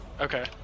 Okay